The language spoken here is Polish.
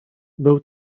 był